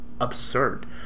absurd